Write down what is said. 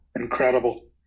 incredible